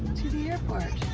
to the airport.